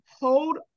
hold